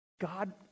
God